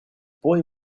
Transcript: boy